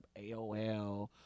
AOL